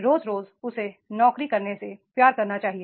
रोज रोज उसे नौकरी करने से प्यार करना चाहिए